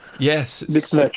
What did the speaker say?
yes